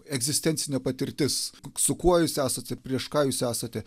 egzistencinė patirtis su kuo jūs esate prieš ką jūs esate